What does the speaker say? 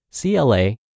CLA